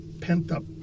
pent-up